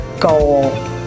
goal